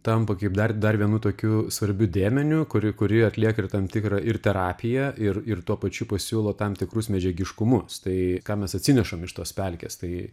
tampa kaip dar dar vienu tokiu svarbiu dėmeniu kuri kuri atlieka ir tam tikrą ir terapiją ir ir tuo pačiu pasiūlo tam tikrus medžiagiškumu tai ką mes atsinešam iš tos pelkės tai